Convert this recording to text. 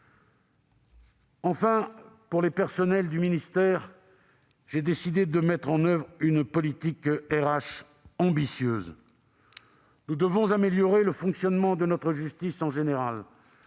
Enfin, pour les personnels du ministère, j'ai décidé de mettre en oeuvre une politique de ressources humaines ambitieuse. Nous devons améliorer le fonctionnement de notre justice, en général.